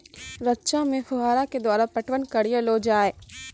रचा मे फोहारा के द्वारा पटवन करऽ लो जाय?